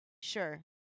Sure